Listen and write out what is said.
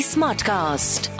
Smartcast